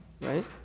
Right